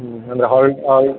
ಹ್ಞೂ ಅಂದರೆ ಹಾಲ್ ಹಾಲ್